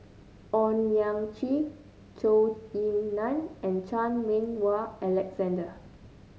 Owyang Chi Zhou Ying Nan and Chan Meng Wah Alexander